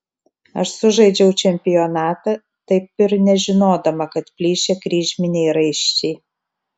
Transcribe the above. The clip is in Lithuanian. aš sužaidžiau čempionatą taip ir nežinodama kad plyšę kryžminiai raiščiai